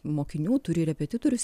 mokinių turi repetitorius